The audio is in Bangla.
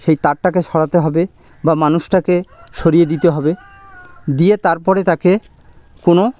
সেই তারটাকে সরাাতে হবে বা মানুষটাকে সরিয়ে দিতে হবে দিয়ে তারপরে তাকে কোনো